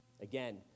Again